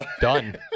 done